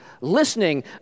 listening